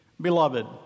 Beloved